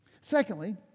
Secondly